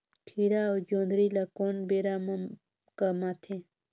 खीरा अउ जोंदरी ल कोन बेरा म कमाथे?